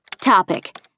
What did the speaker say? Topic